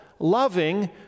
loving